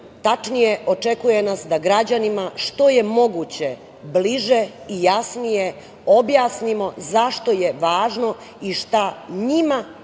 tačnije očekuje nas da građanima što je moguću bliže i jasnije objasnimo zašto je važno i šta njima